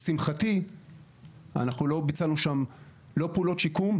לשמחתי אנחנו לא ביצענו שם לא פעולות שיקום,